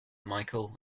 michael